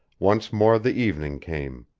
once more the evening came.